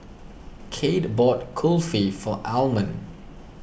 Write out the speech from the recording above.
Cade bought Kulfi for Almon